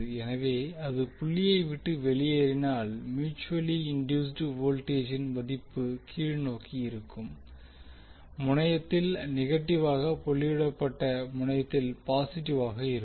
எனவே அது புள்ளியை விட்டு வெளியேறினால் மியூட்சுவலி இண்டியூஸ்ட் வோல்டேஜின் மதிப்பு கீழ்நோக்கி இருக்கும் முனையத்தில் நெகட்டிவாகவும் புள்ளியிடப்பட்ட முனையத்தில் பாசிட்டிவாகவும் இருக்கும்